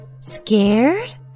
scared